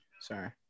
Sorry